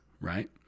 right